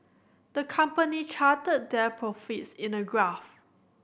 the company charted their profits in a graph